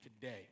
today